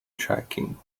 tracking